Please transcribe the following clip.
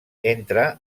entra